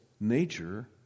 nature